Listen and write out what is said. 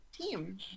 team